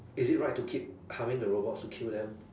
is it right to keep harming the robots to kill them